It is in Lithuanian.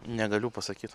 negaliu pasakyt